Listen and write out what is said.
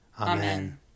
Amen